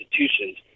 institutions